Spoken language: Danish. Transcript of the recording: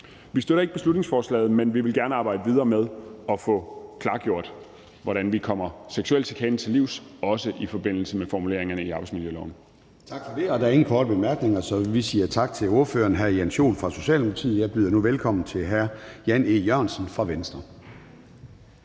Vi støtter ikke beslutningsforslaget, men vi vil gerne arbejde videre med at få klargjort, hvordan vi kommer seksuel chikane til livs, også i forbindelse med formuleringerne i arbejdsmiljøloven. Kl. 10:45 Formanden (Søren Gade): Tak for det. Der er ingen korte bemærkninger, så vi siger tak til ordføreren, hr. Jens Joel fra Socialdemokratiet. Jeg byder nu velkommen til hr. Jan E. Jørgensen fra Venstre.